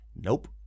nope